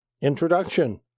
Introduction